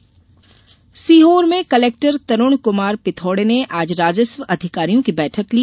बैठक सीहोर में कलेक्टर तरूण कुमार पिथोडे ने आज राजस्व अधिकारियों की बैठक ली